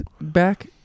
back